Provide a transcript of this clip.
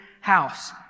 house